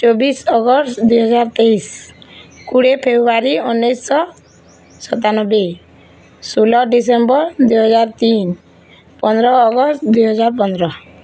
ଚବିଶ ଅଗଷ୍ଟ ଦୁଇ ହଜାର ତେଇଶ କୋଡ଼ିଏ ଫେବୃଆରୀ ଉଣେଇଶ ସତାନବେ ଷୋହଳ ଡିସେମ୍ବର ଦୁଇ ହଜାର ତିନି ପନ୍ଦର ଅଗଷ୍ଟ ଦୁଇ ହଜାର ପନ୍ଦର